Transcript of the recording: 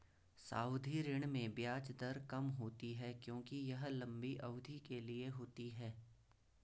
सावधि ऋण में ब्याज दर कम होती है क्योंकि यह लंबी अवधि के लिए होती है